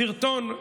סרטון,